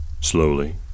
Slowly